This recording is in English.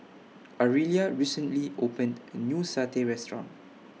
Ariella recently opened A New Satay Restaurant